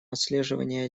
отслеживания